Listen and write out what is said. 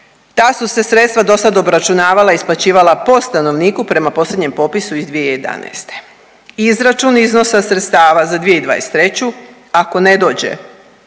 Ta su se sredstva dosada obračunavala, isplaćivala po stanovniku prema posljednjem popisu iz 2011. Izračuni iznosa sredstava za 2023., ako ne dođe